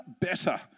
Better